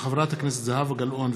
מאת חברי הכנסת זהבה גלאון,